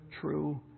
true